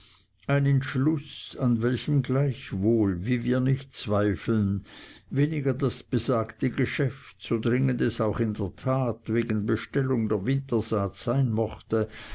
ein entschluß an welchem gleichwohl wie wir nicht zweifeln weniger das besagte geschäft so dringend es auch in der tat wegen bestellung der wintersaat sein mochte